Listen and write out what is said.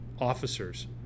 officers